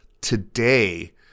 today